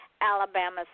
Alabama